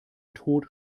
tod